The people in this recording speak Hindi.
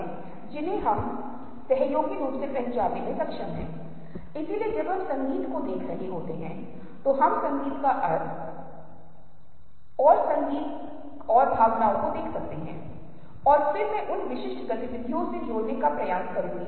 यह एक और तकनीक है जिसे क्लोजर के रूप में जाना जाता है जो फिर से फॉर्म अनुभूति का पहलू है जहां हम असतत वस्तुओं को एक साथ लाने की कोशिश करते हैं और इसे पूरा करने की भावना देने की कोशिश करते हैं